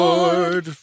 Lord